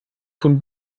von